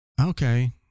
okay